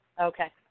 Okay